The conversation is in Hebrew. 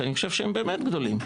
שאני חושב שהם באמת גדולים,